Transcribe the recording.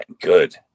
good